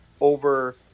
over